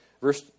Verse